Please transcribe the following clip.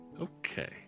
Okay